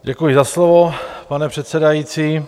Děkuji za slovo, pane předsedající.